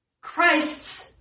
Christ's